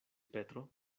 petro